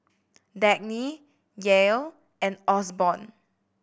Dagny Yael and Osborne